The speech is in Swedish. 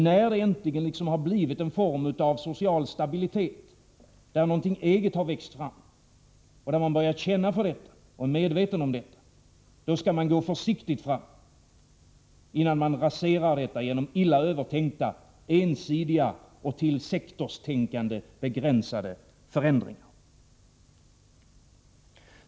När det äntligen har blivit en form av social stabilitet, där någonting eget har växt fram och där man börjat känna för det och är medveten om det, skall man gå försiktigt fram, innan man raserar det genom illa övertänkta, ensidiga och till sektorstänkande begränsade förändringar.